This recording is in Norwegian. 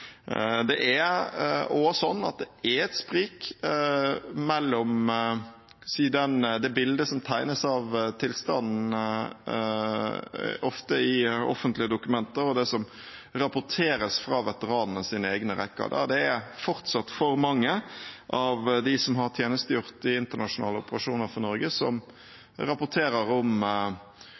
Det er også et sprik mellom det bildet som ofte tegnes i offentlige dokumenter av tilstanden, og det som rapporteres fra veteranenes egne rekker, der det fortsatt er for mange av dem som har tjenestegjort i internasjonale operasjoner for Norge, som rapporterer om